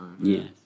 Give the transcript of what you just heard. Yes